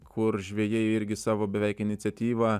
kur žvejai irgi savo beveik iniciatyva